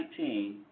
2019